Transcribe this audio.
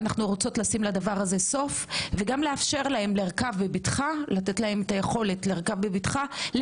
רוצות לשים לדבר הזה סוף ולתת להם היכולת לרכב בבטחה,